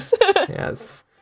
Yes